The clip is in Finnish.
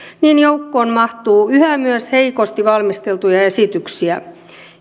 niin joukkoon mahtuu yhä myös heikosti valmisteltuja esityksiä